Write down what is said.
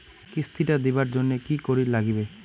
কিস্তি টা দিবার জন্যে কি করির লাগিবে?